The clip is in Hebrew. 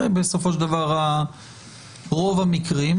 בסופו של דבר ברוב המקרים,